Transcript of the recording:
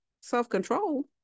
self-control